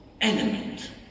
element